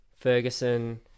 Ferguson